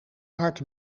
hard